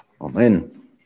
Amen